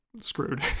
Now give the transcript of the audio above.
screwed